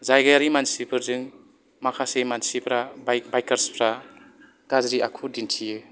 जायगायारि मानसिफोरजों माखासे मानसिफोरा बाइकारस फ्रा गाज्रि आखु दिन्थियो